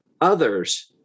others